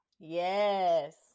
Yes